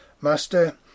Master